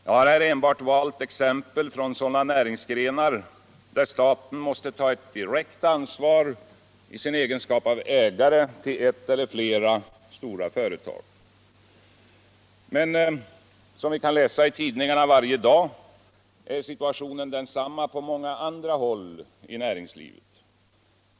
Jag har här enbart valt exempel från näringsgrenar där staten måste ta ett direkt ansvar i sin egenskap av ägare till ett eller flera stora företag. Men som vi kan läsa i tidningarna varje dag är situationen densamma på många andra håll i näringslivet.